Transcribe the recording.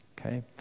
Okay